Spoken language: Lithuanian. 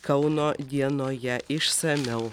kauno dienoje išsamiau